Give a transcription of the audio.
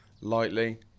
lightly